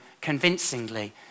convincingly